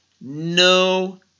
no